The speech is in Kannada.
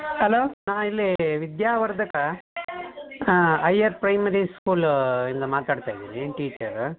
ಅಲೋ ನಾ ಇಲ್ಲೀ ವಿದ್ಯಾವರ್ಧಕ ಹಾಂ ಅಯ್ಯರ್ ಪ್ರೈಮರಿ ಸ್ಕೂಲೂ ಇಂದ ಮಾತಾಡ್ತಾ ಇದ್ದೀನಿ ಟೀಚರ